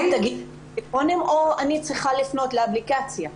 האם אני צריכה לפנות לאפליקציה?